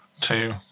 two